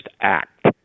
act